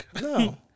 No